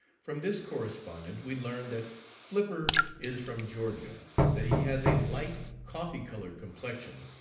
from this correspondent we learn that flipper is from georgia that he has a light, coffee-colored complexion,